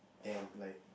damn like